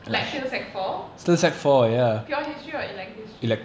like till sec four pure history or elective stream